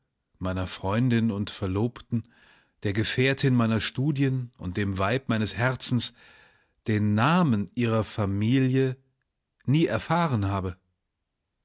meiner freundin und verlobten der gefährtin meiner studien und dem weib meines herzens den namen ihrer familie nie erfahren habe